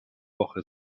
woche